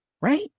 Right